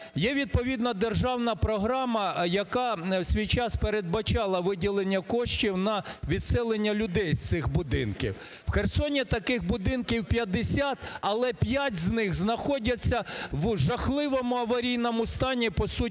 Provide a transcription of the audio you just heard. Є відповідна державна програма, яка в свій час передбачала виділення коштів на відселення людей з цих будинків. В Херсоні таких будинків 50, але п'ять з них знаходиться в жахливому аварійному стані. По суті,